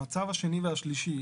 המצב השני והשלישי.